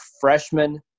freshman